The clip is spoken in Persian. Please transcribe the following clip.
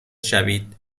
شوید